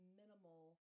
minimal